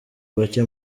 bake